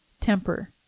temper